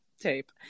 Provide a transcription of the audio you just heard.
tape